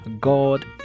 god